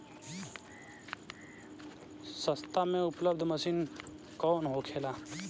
सस्ता में उपलब्ध मशीन कौन होखे?